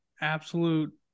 absolute